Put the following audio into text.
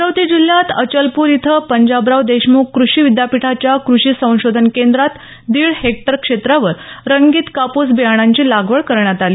अमरावती जिल्ह्यात अचलपूर इथं पंजाबराव देशमुख कृषी विद्यापीठाच्या कृषी संशोधन केंद्रात दीड हेक्टर क्षेत्रावर रंगीत कापूस बियाणांची लागवड करण्यात आली